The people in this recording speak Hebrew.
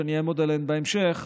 שאני אעמוד עליהן בהמשך,